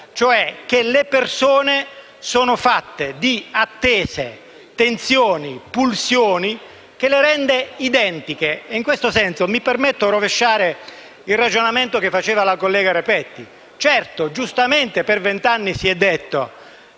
naturale: le persone sono fatte di attese, tensioni, pulsioni che le rendono identiche. In questo senso mi permetto di rovesciare il ragionamento che faceva la collega Repetti. Certo, giustamente per venti anni si è detto